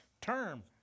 term